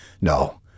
No